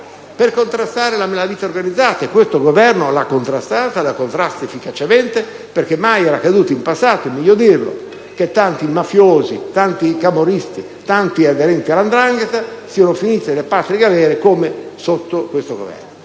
per contrastare la malavita organizzata? E questo Governo l'ha contrastata, e la contrasta, efficacemente, perché mai è accaduto in passato - bisogna dirlo - che tanti mafiosi, tanti camorristi e tanti aderenti alla 'ndrangheta siano finiti nelle patrie galere come sotto questo Governo.